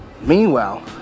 Meanwhile